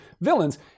villains